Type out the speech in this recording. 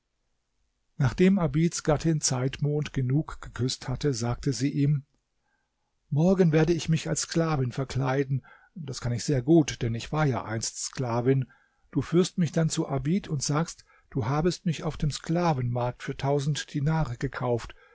nachdem abids gattin zeitmond genug geküßt hatte sagte sie ihm morgen werde ich mich als sklavin verkleiden das kann ich sehr gut denn ich war ja einst sklavin du führst mich dann zu abid und sagst du habest mich auf dem sklavenmarkt für tausend dinare gekauft